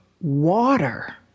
water